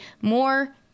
more